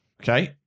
Okay